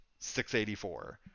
684